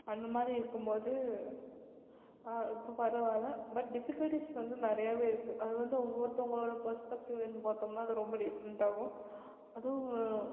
அந்த மாதிரி இருக்கும்போது இப்ப பரவாயில்ல பட் டிஃபிக்கல்ட்டீஸ் வந்து நிறையாவே இருக்குது அது வந்து ஒவ்வொருத்தவங்களோட பர்ஸ்பெக்ட்டிவ்லேருந்து பார்த்தோம்னா அது ரொம்ப டிஃப்ரெண்ட்டாகவும் அதுவும்